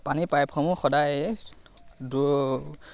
পানীৰ পাইপসমূহ সদায়